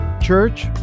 Church